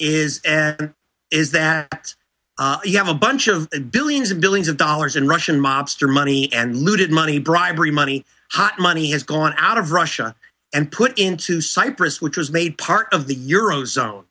is is that you have a bunch of billions and billions of dollars in russian mobster money and looted money bribery money hot money has gone out of russia and put into cyprus which was made part of the euro zone